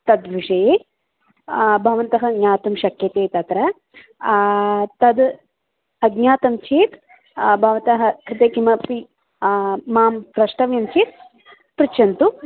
तद्विषये भवन्तः ज्ञातुं शक्यते तत्र तत् अज्ञातं चेत् भवतः कृते किमपि मां प्रष्टव्यं चेत् पृच्छन्तु